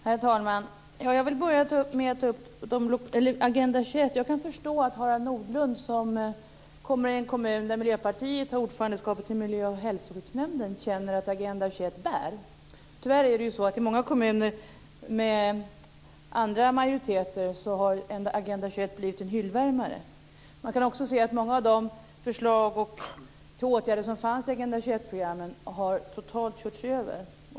Herr talman! Jag vill börja med att ta upp Agenda 21. Jag kan förstå att Harald Nordlund, som kommer från en kommun där Miljöpartiet har ordförandeskapet i miljö och hälsoskyddsnämnden, känner att Agenda 21 bär. Tyvärr har Agenda 21 i många kommuner med andra majoriteter blivit en hyllvärmare. Vidare har många av de förslag till åtgärder som fanns i Agenda 21-programmen totalt körts över.